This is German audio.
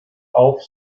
auf